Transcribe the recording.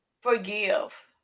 forgive